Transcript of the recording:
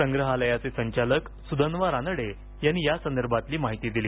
संग्रहालयाचे संचालक सुधन्वा रानडे यांनी यासंदर्भातली माहिती दिली